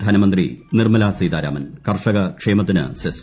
ധനമന്ത്രി നിർമല സീതാരാമൻ ്കർഷകക്ഷേമത്തിന് സെസ്